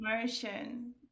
motion